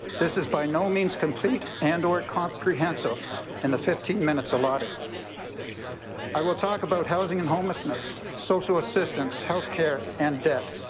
this is by no means complete and or comprehensive in the fifteen minutes allotted i will talk about housing and homelessness, social assistance, health care and debt.